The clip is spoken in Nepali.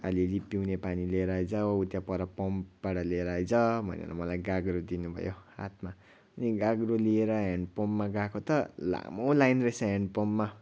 आलिअलि पिउने पानी लिएर आइज उ त्यहाँ पर पम्पबाट लिएर आइज भनेर मलाई गाग्रो दिनुभयो हातमा अनि गाग्रो लिएर ह्यान्ड पम्पमा गएको त लामो लाइन रहेछ ह्यान्ड पम्पमा